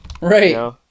right